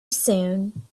soon